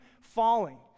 falling